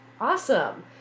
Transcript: Awesome